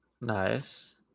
Nice